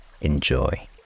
enjoy